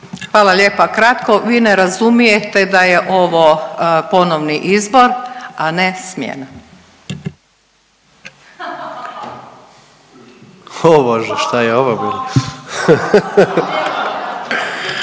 Hvala lijepa. Kratko, vi ne razumijete da je ovo ponovni izbor, a ne smjena.